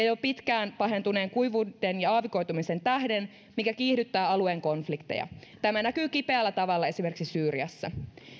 jo pitkään pahentuneen kuivuuden ja aavikoitumisen tähden mikä kiihdyttää alueen konflikteja tämä näkyy kipeällä tavalla esimerkiksi syyriassa